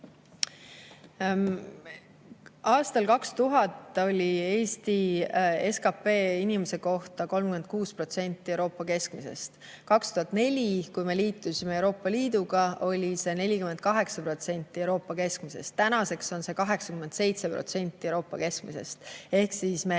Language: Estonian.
Aastal 2000 oli Eesti SKP inimese kohta 36% Euroopa keskmisest. 2004, kui me liitusime Euroopa Liiduga, oli see 48% Euroopa keskmisest. Tänaseks on see 87% Euroopa keskmisest. Ehk siis me